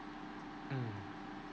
mm